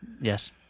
Yes